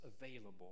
available